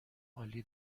عالی